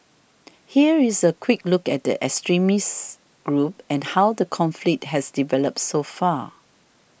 here is a quick look at the extremist group and how the conflict has developed so far